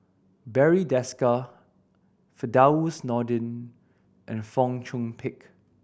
Barry Desker Firdaus Nordin and Fong Chong Pik